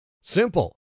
Simple